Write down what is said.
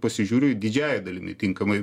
pasižiūriu į didžiąja dalimi tinkamai